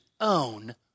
own